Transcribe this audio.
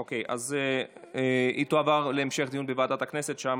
אוקיי, אז היא תועבר להמשך דיון בוועדת הכנסת, ושם